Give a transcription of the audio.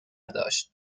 داشت